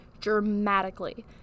dramatically